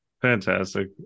Fantastic